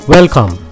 Welcome